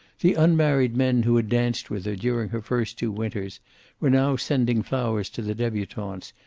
the unmarried men who had danced with her during her first two winters were now sending flowers to the debutantes,